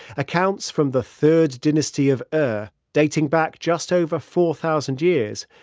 accounts from the third dynasty of ur, dating back just over four thousand years,